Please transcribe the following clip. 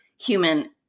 human